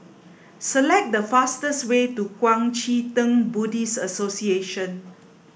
select the fastest way to Kuang Chee Tng Buddhist Association